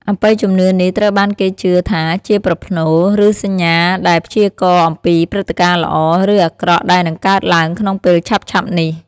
អបិយជំនឿនេះត្រូវបានគេជឿថាជាប្រផ្នូល ឬសញ្ញាណដែលព្យាករណ៍អំពីព្រឹត្តិការណ៍ល្អ ឬអាក្រក់ដែលនឹងកើតឡើងក្នុងពេលឆាប់ៗនេះ។